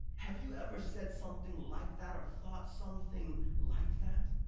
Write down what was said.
have you ever said something like that, or thought something like that?